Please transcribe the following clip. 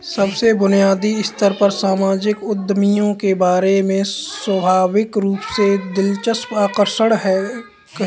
सबसे बुनियादी स्तर पर सामाजिक उद्यमियों के बारे में स्वाभाविक रूप से दिलचस्प आकर्षक है